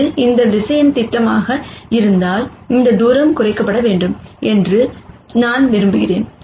இது இந்த வெக்டார்ன் திட்டமாக இருந்தால் இந்த தூரம் குறைக்கப்பட வேண்டும் என்று நான் விரும்புகிறேன்